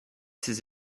ses